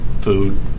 food